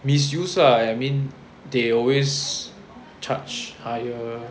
misuse lah I mean they always charge higher